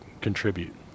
contribute